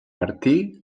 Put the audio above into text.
martí